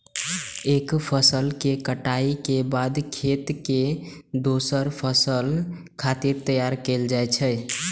एक फसल के कटाइ के बाद खेत कें दोसर फसल खातिर तैयार कैल जाइ छै